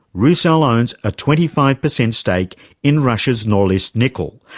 rusal owns a twenty five per cent stake in russia's norilsk nickel,